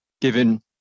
given